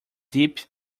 deep